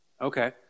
Okay